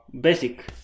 basic